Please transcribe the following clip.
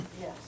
Yes